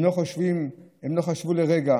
הם לא חשבו לרגע